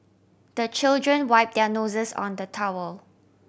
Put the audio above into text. the children wipe their noses on the towel